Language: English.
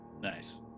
nice